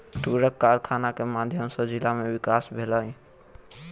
तूरक कारखाना के माध्यम सॅ जिला में विकास भेलै